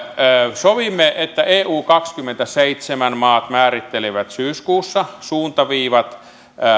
sovimme että eu kaksikymmentäseitsemän maat määrittelevät syyskuussa suuntaviivat